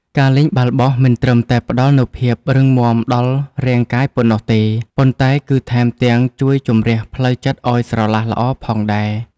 ការលេងបាល់បោះមិនត្រឹមតែផ្ដល់នូវភាពរឹងមាំដល់រាងកាយប៉ុណ្ណោះទេ ប៉ុន្តែគឺថែមទាំងជួយជម្រះផ្លូវចិត្តឱ្យស្រឡះល្អផងដែរ។